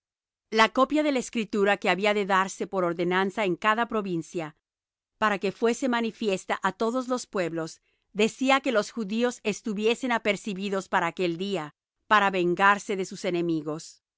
la copia de la escritura que había de darse por ordenanza en cada provincia para que fuese manifiesta á todos los pueblos decía que los judíos estuviesen apercibidos para aquel día para vengarse de sus enemigos